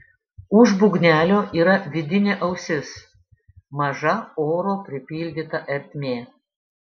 už būgnelio yra vidinė ausis maža oro pripildyta ertmė